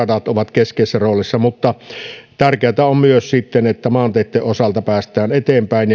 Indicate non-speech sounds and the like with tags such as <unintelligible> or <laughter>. keskeisessä roolissa mutta tärkeätä on myös se että maanteitten osalta päästään eteenpäin <unintelligible>